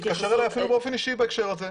הוא התקשר אלי באופן אישי בהקשר הזה.